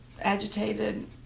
agitated